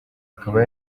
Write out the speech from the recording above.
akaba